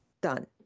Done